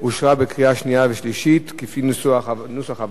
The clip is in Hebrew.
אושרה בקריאה שנייה ושלישית כפי נוסח הוועדה.